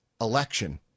election